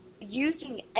using